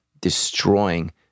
destroying